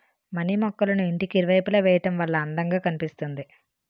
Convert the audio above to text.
money మొక్కళ్ళను ఇంటికి ఇరువైపులా వేయడం వల్ల అందం గా కనిపిస్తుంది